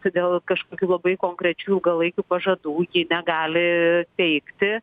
todėl kažkokių labai konkrečių ilgalaikių pažadų ji negali teikti